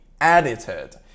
edited